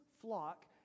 flock